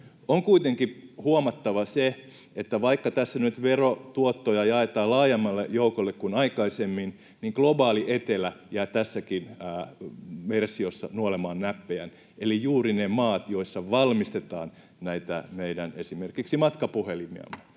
On kuitenkin huomattava se, että vaikka tässä nyt verotuottoja jaetaan laajemmalle joukolle kuin aikaisemmin, niin globaali etelä jää tässäkin versiossa nuolemaan näppejään, eli juuri ne maat, joissa valmistetaan esimerkiksi näitä meidän matkapuhelimiamme.